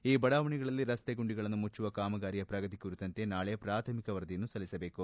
ಈ ಬಡಾವಣೆಗಳಲ್ಲಿ ರಸ್ತೆ ಗುಂಡಿಗಳನ್ನು ಮುಚ್ಚುವ ಕಾಮಗಾರಿಯ ಪ್ರಗತಿ ಕುರಿತಂತೆ ನಾಳೆ ಪ್ರಾಥಮಿಕ ವರದಿಯನ್ನು ಸಲ್ಲಿಸಬೇಕು